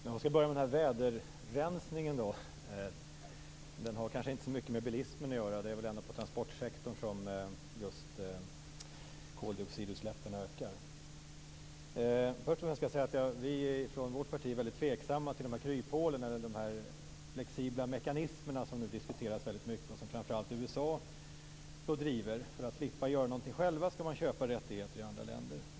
Fru talman! Jag skall börja med väderrensningen. Den har kanske inte så mycket med bilismen att göra. Det är väl ändå på transportsektorn som just koldioxidutsläppen ökar. Vi är från vårt parti väldigt tveksamma till de kryphål och de flexibla mekanismer som nu diskuteras mycket och som framför allt USA driver. För att slippa göra något själv skall man köpa rättigheter i andra länder.